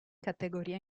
categoria